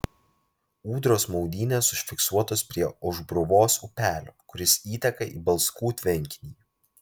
ūdros maudynės užfiksuotos prie aušbruvos upelio kuris įteka į balskų tvenkinį